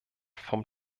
vom